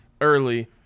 early